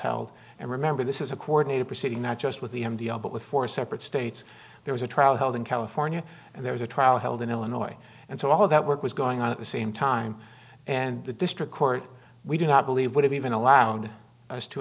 held and remember this is a coordinated proceeding not just with the m d o but with four separate states there was a trial held in california and there was a trial held in illinois and so all that work was going on at the same time and the district court we do not believe would have even allowed us to